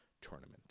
tournament